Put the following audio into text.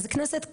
וזה כנסת קטנה,